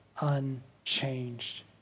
unchanged